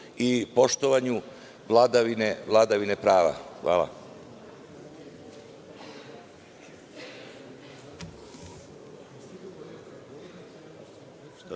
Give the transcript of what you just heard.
i poštovanju vladavine prava. Hvala.